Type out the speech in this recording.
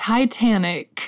Titanic